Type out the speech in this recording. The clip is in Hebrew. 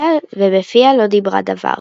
ובפיה לא דברה דבר.